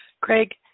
Craig